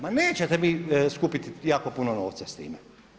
Pa nećete skupiti jako puno novca s time.